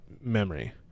memory